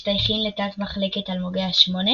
לתת-מחלקת אלמוגי השמונה